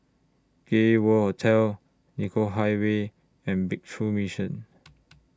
Gay World Hotel Nicoll Highway and Breakthrough Mission